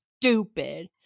stupid